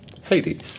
Hades